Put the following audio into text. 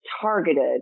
targeted